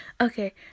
Okay